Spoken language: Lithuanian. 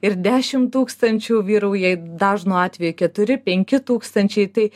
ir dešimt tūkstančių vyrauja dažnu atveju keturi penki tūkstančiai tai